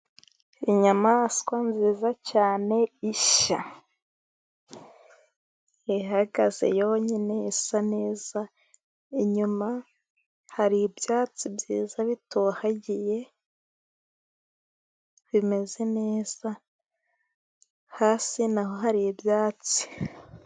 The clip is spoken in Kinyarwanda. Inyamaswa nziza cyane, isha ihagaze yonyine isa neza, inyuma hari ibyatsi byiza bitohagiye bimeze neza, hasi na ho hari ibyatsi.